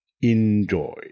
Enjoy